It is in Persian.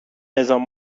نظام